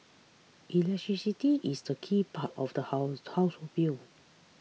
electricity is the key part of the house household bill